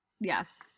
Yes